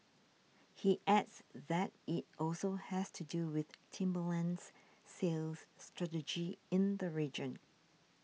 he adds that it also has to do with Timberland's sales strategy in the region